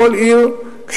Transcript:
לכל עיר.